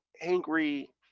angry